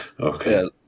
Okay